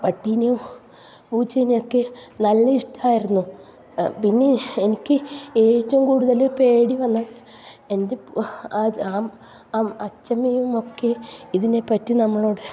പട്ടീനെം പൂച്ചെനെം ഒക്കെ നല്ല ഇഷ്ടമായിരുന്നു പിന്നെ എനിക്ക് ഏറ്റവും കൂടുതൽ പേടി വന്നത് എൻ്റെ പൂ ആ ആ അച്ഛമ്മയും ഒക്കെ ഇതിനെപ്പറ്റി നമ്മളോട്